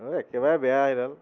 একেবাৰে বেয়া এইডাল